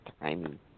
timing